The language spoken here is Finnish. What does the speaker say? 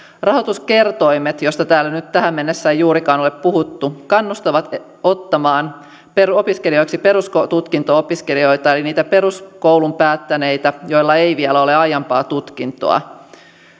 rahoituskertoimet joista täällä nyt tähän mennessä ei juurikaan ole puhuttu kannustavat ottamaan opiskelijoiksi perustutkinto opiskelijoita eli niitä peruskoulun päättäneitä joilla ei vielä ole aiempaa tutkintoa